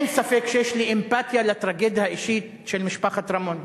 אין ספק שיש לי אמפתיה לטרגדיה האישית של משפחת רמון.